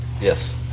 Yes